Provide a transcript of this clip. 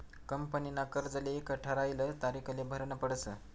कंपनीना कर्जले एक ठरायल तारीखले भरनं पडस